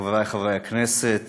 חבריי חברי הכנסת,